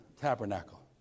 tabernacle